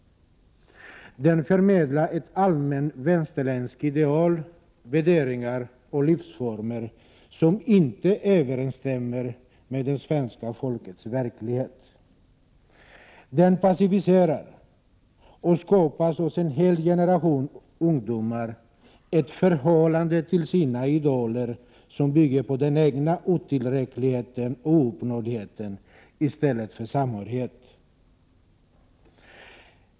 Den förmedlar ett allmänt västerländskt ideal, värderingar och livsformer som inte överensstämmer med det svenska folkets verklighet. Den passiviserar och skapar hos en hel generation ungdomar ett förhållande till dess idoler som bygger på den egna otillräckligheten och ouppnåelighet i stället för samhörighet.